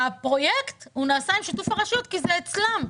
הפרויקט נעשה בשיתוף עם הרשות כי זה אצלם.